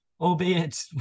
albeit